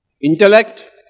Intellect